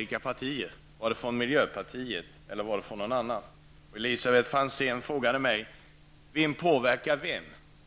vissa partier? Var det miljöpartiet eller var det någon annan? Elisabet Franzén frågade mig: Vem påverkar vem?